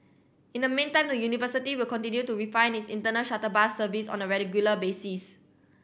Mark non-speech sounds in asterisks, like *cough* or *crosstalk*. in the meantime the university will continue to refine its internal shuttle bus service on a *unintelligible* basis